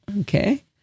Okay